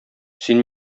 син